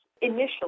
initially